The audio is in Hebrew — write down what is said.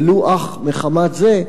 ולו אך מחמת זה,